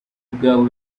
bwawe